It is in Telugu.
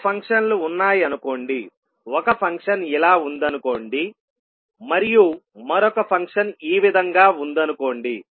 రెండు ఫంక్షన్లు ఉన్నాయని అనుకోండి ఒక ఫంక్షన్ ఇలా ఉందనుకోండి మరియు మరొక ఫంక్షన్ ఈ విధంగా ఉందనుకోండి